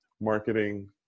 marketing